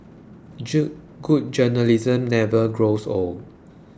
good journalism never grows old